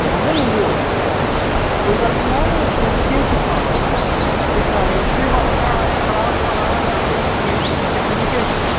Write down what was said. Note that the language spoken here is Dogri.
परमंडल रौंह्दे ओ कोई गल्ल निं जनाब ओह् तुस केह् सिक्खना तुसें किस बारै च रुट्टी बनाने बारै जां कड़ाह् बनाना जां कोई खीर शीर सिक्खनी केह् सिक्खना